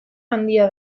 handia